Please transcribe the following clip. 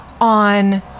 on